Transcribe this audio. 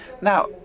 Now